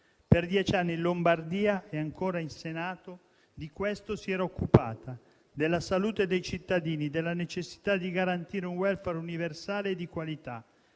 Per dieci anni in Lombardia, e ancora in Senato, di questo si era occupata, della salute dei cittadini, della necessità di garantire un *welfare* universale e di qualità.